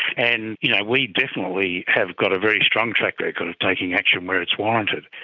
and you know we definitely have got a very strong track record of taking action where it's warranted.